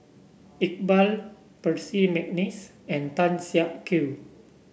Iqbal Percy McNeice and Tan Siak Kew